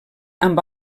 amb